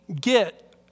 get